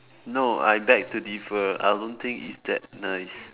no I beg to differ I don't think it's that nice